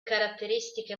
caratteristiche